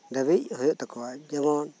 ᱫᱷᱟᱹᱵᱤᱡ ᱦᱩᱭᱩᱜ ᱛᱟᱠᱩᱣᱟ ᱡᱮᱢᱚᱱ